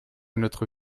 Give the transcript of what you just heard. notre